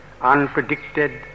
unpredicted